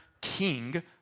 king